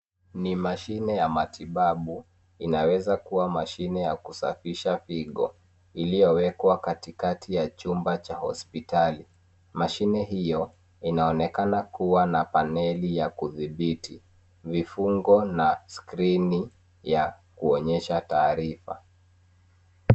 Ni mashine ya matibabu, inaweza kua mashine ya kusafisha figo, iliyowekwa katikati ya chumba cha hospitali. Mashine hio inaonekana kua na paneli ya kudhibiti, vifungo, na skirini ya kuonyesha taarifa.